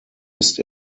ist